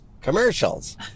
Commercials